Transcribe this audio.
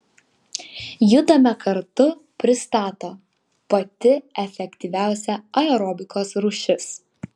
judame kartu pristato pati efektyviausia aerobikos rūšis